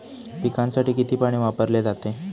पिकांसाठी किती पाणी वापरले जाते?